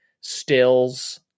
stills